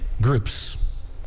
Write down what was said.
groups